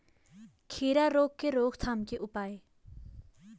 खीरा रोग के रोकथाम के उपाय?